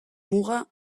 muga